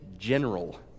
general